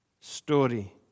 story